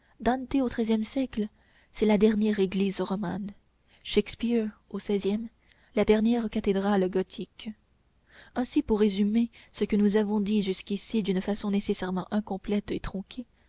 dante au treizième siècle c'est la dernière église romane shakespeare au seizième la dernière cathédrale gothique ainsi pour résumer ce que nous avons dit jusqu'ici d'une façon nécessairement incomplète et tronquée